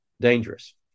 dangerous